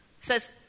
says